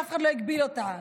אף אחד הגביל אותה,